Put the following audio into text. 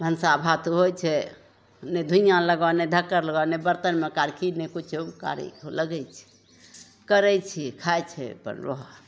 भनसा भात होइ छै ने धुइँया लागऽ ने धक्कड़ लागऽ ने बर्तनमे कारखी ने किछु कारीख लगै छै करै छियै खाइ छै अपन रहऽ